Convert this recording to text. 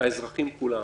האזרחים כולם,